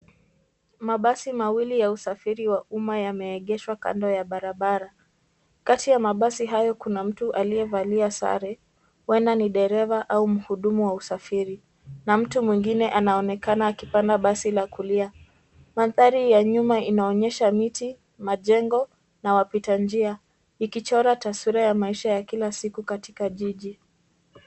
Mabasi mawili ya usafiri wa umma yameegeshwa kando ya barabara. Kati ya mabasi hayo kuna mtu aliyevalia sare, huenda ni dereva au mhudumu wa usafiri na mtu mwingine anaonekana akipanda basi la kulia. Mandhari ya nyuma inaonyesha miti, majengo na wapita njia, ikichora taswira ya maisha ya kila siku katika jiji.